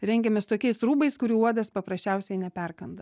rengiamės tokiais rūbais kurių uodas paprasčiausiai neperkanda